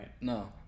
No